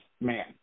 man